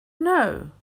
know